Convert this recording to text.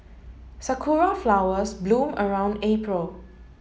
sakura flowers bloom around April